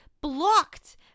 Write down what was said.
blocked